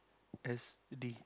as they